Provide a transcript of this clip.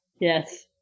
yes